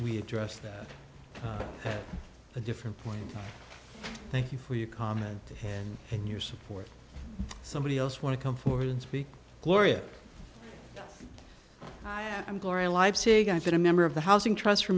we address that a different point thank you for your comment and your support somebody else want to come forward and speak gloria i'm gloria leipzig i've been a member of the housing trust for